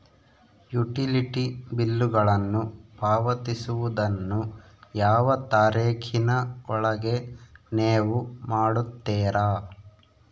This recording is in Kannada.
ಯುಟಿಲಿಟಿ ಬಿಲ್ಲುಗಳನ್ನು ಪಾವತಿಸುವದನ್ನು ಯಾವ ತಾರೇಖಿನ ಒಳಗೆ ನೇವು ಮಾಡುತ್ತೇರಾ?